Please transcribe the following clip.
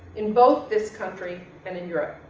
in both this country and in europe.